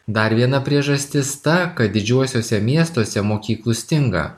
dar viena priežastis ta kad didžiuosiuose miestuose mokyklų stinga